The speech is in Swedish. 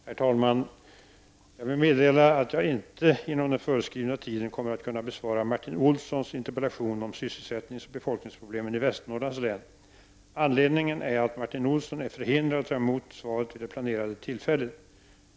Herr talman! Jag vill meddela att jag inte inom den föreskrivna tiden kommer att kunna besvara Anledningen är att Martin Olsson är förhindrad att ta emot svaret vid det planerade tillfället.